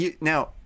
now